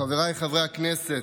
חבריי חברי הכנסת,